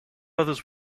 others